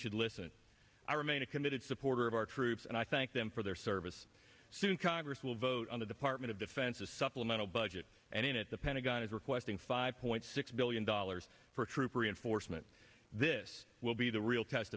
should listen i remain a committed supporter of our troops and i thank them for their service soon congress will vote on the department of defense a supplemental budget and in it the pentagon is requesting five point six billion dollars for troop reinforcement this will be the real